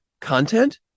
content